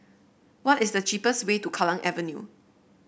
what is the cheapest way to Kallang Avenue